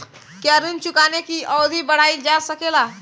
क्या ऋण चुकाने की अवधि बढ़ाईल जा सकेला?